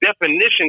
definition